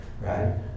right